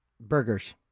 Burgers